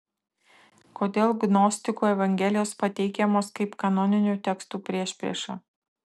kodėl gnostikų evangelijos pateikiamos kaip kanoninių tekstų priešprieša